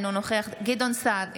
אינו נוכח גדעון סער,